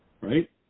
right